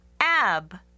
AB